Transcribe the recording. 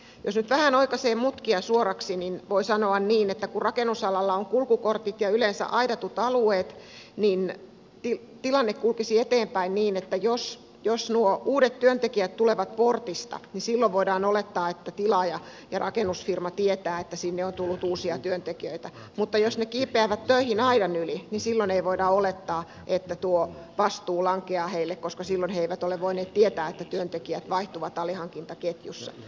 jos nyt vähän oikaisee mutkia suoraksi niin voi sanoa niin että kun rakennusalalla on kulkukortit ja yleensä aidatut alueet niin tilanne kulkisi eteenpäin niin että jos nuo uudet työntekijät tulevat portista niin silloin voidaan olettaa että tilaaja rakennusfirma tietää että sinne on tullut uusia työntekijöitä mutta jos ne kiipeävät töihin aidan yli niin silloin ei voida olettaa että tuo vastuu lankeaa heille koska silloin he eivät ole voineet tietää että työntekijät vaihtuvat alihankintaketjussa